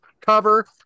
cover